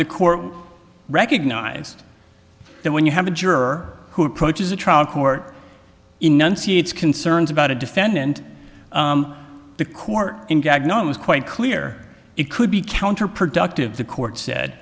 the court recognized that when you have a juror who approaches a trial court enunciates concerns about a defendant the court in gag knows quite clear it could be counterproductive the court said